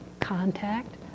contact